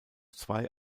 zwei